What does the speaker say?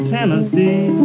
Tennessee